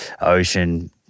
Ocean